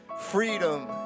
freedom